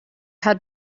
had